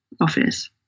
office